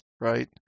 Right